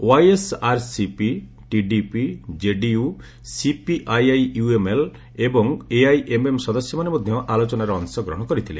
YSRCP TDP KDU CPI IUML ଏବଂ AIMM ସଦସ୍ୟମାନେ ମଧ୍ୟ ଆଲୋଚନାରେ ଅଂଶଗ୍ରହଣ କରିଥିଲେ